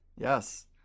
yes